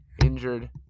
injured